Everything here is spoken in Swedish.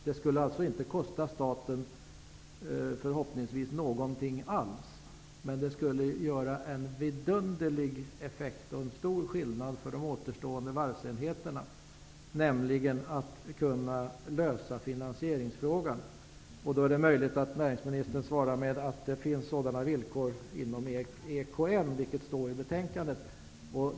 Det skulle alltså, förhoppningsvis, inte kosta staten någonting alls, men det skulle ha en vidunderlig effekt och innebära en stor skillnad för de återstående varvsenheterna, nämligen att de kunde lösa finansieringsfrågan. Det är möjligt att näringministern svarar att det finns sådana villkor inom EKN, vilket står i betänkandet.